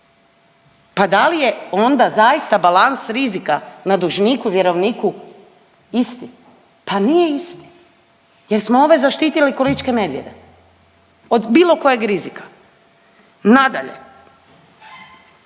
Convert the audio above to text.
Pa da li je onda zaista balans rizika na dužniku, vjerovniku isti? Pa nije isti! Jer smo ove zaštitili ko' ličke medvjede od bilo kojeg rizika. Nadalje,